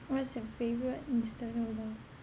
what's your favourite instant noodle